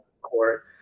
court